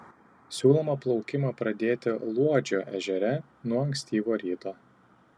siūloma plaukimą pradėti luodžio ežere nuo ankstyvo ryto